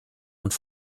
und